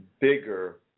bigger